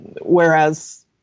whereas